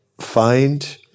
find